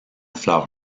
fleurs